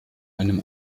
einem